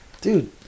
dude